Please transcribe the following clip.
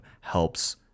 helps